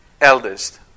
eldest